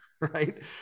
Right